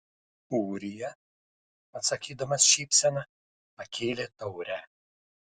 ūrija atsakydamas šypsena pakėlė taurę